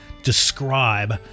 describe